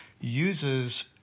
uses